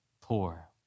poor